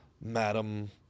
Madam